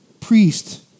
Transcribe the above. priest